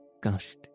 gushed